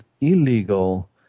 illegal